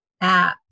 app